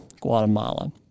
Guatemala